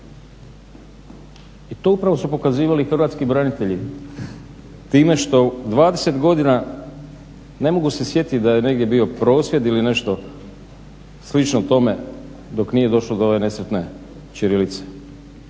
I to upravo su pokazivali Hrvatski branitelji, time što 20 godina, ne mogu se sjetit da je negdje bio prosvjed ili nešto slično tome dok nije došlo do ove nesretne ćirilice.